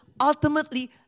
ultimately